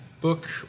book